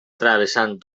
travessant